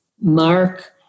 Mark